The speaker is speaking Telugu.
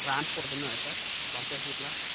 ట్రాన్స్పోర్ట్ ఉందా సార్ బస్సెస్ ఇలా